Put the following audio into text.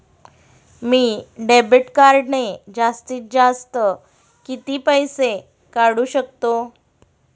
मी debit कार्डने जास्तीत जास्त किती पैसे काढू शकतो?